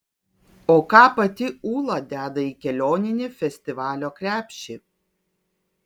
o ką pati ūla deda į kelioninį festivalio krepšį